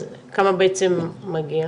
אז כמה בעצם מגיע?